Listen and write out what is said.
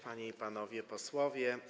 Panie i Panowie Posłowie!